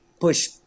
push